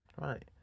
right